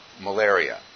malaria